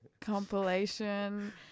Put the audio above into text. compilation